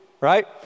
right